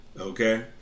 Okay